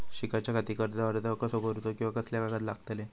शिकाच्याखाती कर्ज अर्ज कसो करुचो कीवा कसले कागद लागतले?